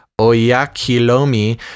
oyakilomi